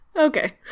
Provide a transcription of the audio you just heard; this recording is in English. Okay